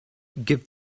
give